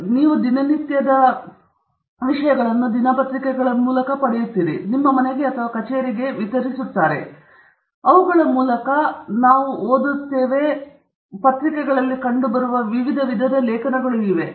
ಆದ್ದರಿಂದ ನೀವು ದಿನನಿತ್ಯದ ದಿನಪತ್ರಿಕೆಗಳನ್ನು ಪಡೆಯುತ್ತೀರಿ ನಿಮ್ಮ ಮನೆಗೆ ಅಥವಾ ನಿಮ್ಮ ಕಚೇರಿಗೆ ವಿತರಿಸುತ್ತಾರೆ ಮತ್ತು ನಾವು ಅವುಗಳ ಮೂಲಕ ಎಲೆಗಳ ಮೂಲಕ ಅವುಗಳನ್ನು ಓದಲು ಓದುತ್ತೇವೆ ಮತ್ತು ಪತ್ರಿಕೆಗಳಲ್ಲಿ ಕಂಡುಬರುವ ವಿಭಿನ್ನ ವಿಧದ ಲೇಖನಗಳು ಇವೆ